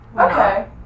Okay